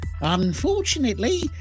Unfortunately